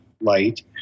light